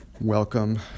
Welcome